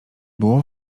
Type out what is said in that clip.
było